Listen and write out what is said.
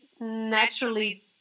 naturally